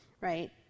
right